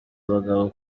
abagabo